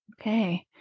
Okay